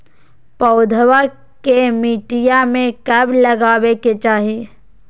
पौधवा के मटिया में कब लगाबे के चाही?